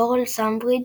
דולורס אמברידג',